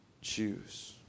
choose